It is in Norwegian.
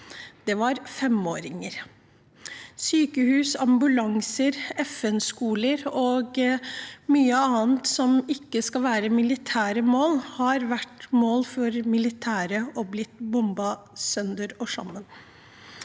drept, var femåringer. Sykehus, ambulanser, FN-skoler og mye annet som ikke skal være militære mål, har vært mål for militære og blitt bombet sønder og sammen.